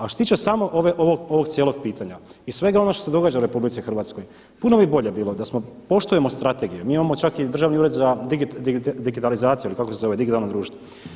A što se tiče ovog cijelog pitanja i svega onoga što se događa u RH puno bi bolje bilo da smo poštujemo strategije, mi imamo čak i Državni ured za digitalizaciju ili kako se zove digitalno društvo.